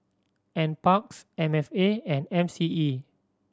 Nparks M F A and M C E